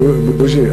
בוז'י,